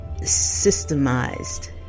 systemized